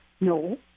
No